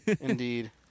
Indeed